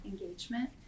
engagement